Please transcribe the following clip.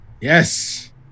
Yes